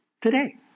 Today